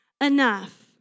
enough